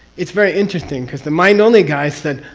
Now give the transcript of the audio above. it's very interesting because the mind-only guys said,